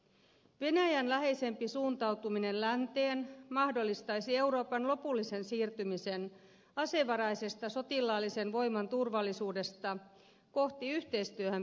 venäjän läheisempi suuntautuminen länteen mahdollistaisi euroopan lopullisen siirtymisen asevaraisesta sotilaallisen voiman turvallisuudesta kohti yhteistyöhön perustuvaa turvallisuutta